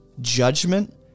judgment